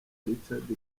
richard